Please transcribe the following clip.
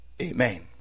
amen